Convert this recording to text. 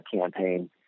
campaign